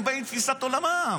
הם באים עם תפיסת עולמם,